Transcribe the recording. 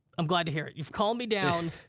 i'm glad to hear it. you've calmed me down,